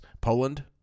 Poland